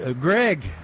Greg